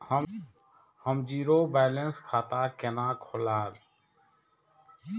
हम zero balance खाता केना खोलाब?